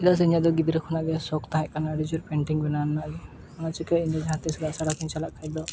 ᱪᱮᱫᱟᱜ ᱥᱮ ᱤᱧᱟᱹᱜ ᱫᱚ ᱜᱤᱫᱽᱨᱟᱹ ᱠᱷᱚᱱᱟᱜ ᱜᱮ ᱥᱚᱠ ᱛᱟᱦᱮᱸ ᱠᱟᱱᱟ ᱟᱹᱰᱤᱡᱳᱨ ᱯᱮᱱᱴᱤᱝ ᱵᱮᱱᱟᱣ ᱨᱮᱱᱟᱜ ᱜᱮ ᱚᱱᱟ ᱪᱤᱠᱟᱹ ᱤᱧᱫᱚ ᱡᱟᱦᱟᱸᱛᱤᱥ ᱟᱥᱲᱟ ᱛᱤᱧ ᱪᱟᱞᱟᱜ ᱠᱷᱟᱡ ᱫᱚ